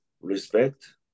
respect